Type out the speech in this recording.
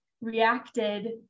reacted